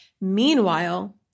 meanwhile